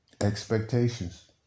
expectations